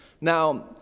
Now